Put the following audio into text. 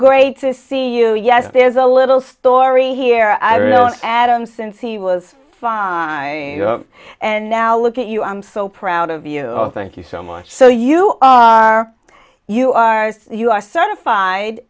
great to see you yes there's a little story here i will add on since he was fun i and now look at you i'm so proud of you thank you so much so you are you are you are certified